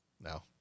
No